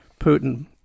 Putin